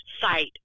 site